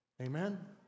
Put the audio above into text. Amen